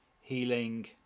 healing